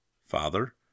Father